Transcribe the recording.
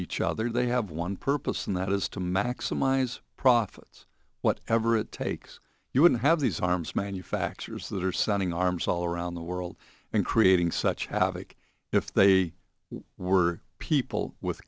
each other they have one purpose and that is to maximize profits what ever it takes you wouldn't have these arms manufacturers that are sending arms all around the world and creating such havoc if they were people with